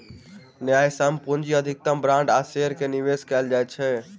न्यायसम्य पूंजी अधिकतम बांड आ शेयर में निवेश कयल जाइत अछि